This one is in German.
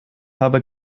habe